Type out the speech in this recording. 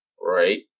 right